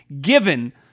given